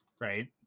right